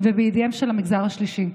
ובידיו של המגזר השלישי.